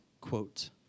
quote